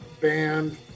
band